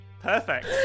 Perfect